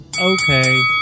Okay